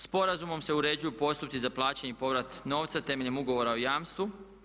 Sporazumom se uređuju postupci za plaćanje i povrat novca temeljem ugovora o jamstvu.